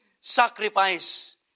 sacrifice